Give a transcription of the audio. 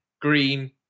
green